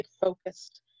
focused